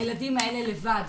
הילדים האלה לבד.